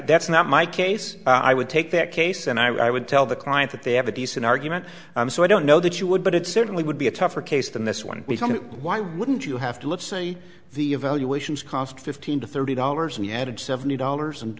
that's not my case i would take that case and i would tell the client that they have a decent argument so i don't know that you would but it certainly would be a tougher case than this one reason why wouldn't you have to let's say the evaluations cost fifteen to thirty dollars we added seventy dollars and